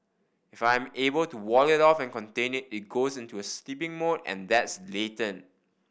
if I am able to wall it off and contain it it goes into a sleeping mode and that's latent